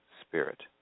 spirit